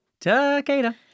Takeda